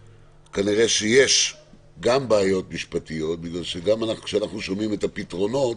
כנראה יש גם בעיות משפטיות משום שגם כשאנחנו שומעים את הפתרונות,